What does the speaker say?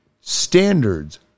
standards